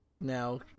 now